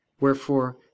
Wherefore